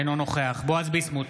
אינו נוכח בועז ביסמוט,